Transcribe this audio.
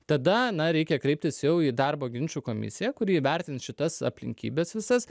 tada na reikia kreiptis jau į darbo ginčų komisiją kuri įvertins šitas aplinkybes visas